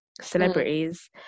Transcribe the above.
celebrities